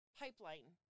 pipeline